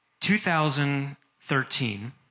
2013